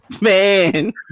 Man